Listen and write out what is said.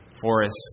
forests